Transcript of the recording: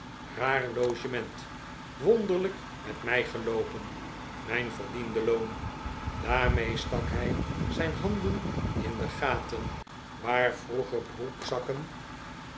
raar logement wonderlijk met mij geloopen mijn verdiende loon daarmee stak h'ij zijn handen in de gaten waar vroeger broekzakken